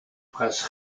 prince